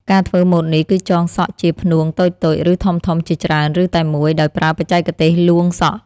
ការធ្វើម៉ូតនេះគឺចងសក់ជាផ្នួងតូចៗ ឬធំៗជាច្រើន ឬតែមួយ ដោយប្រើបច្ចេកទេសលួងសក់។